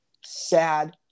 sad